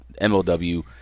MLW